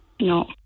No